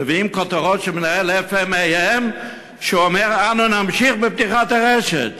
מביאים כותרות של מנהל AM:PM שאומר: אנו נמשיך בפתיחת הרשת,